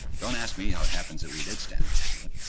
don't ask me how it happens that we did stand up to it.